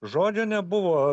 žodžio nebuvo